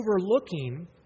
overlooking